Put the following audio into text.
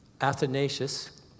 Athanasius